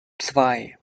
zwei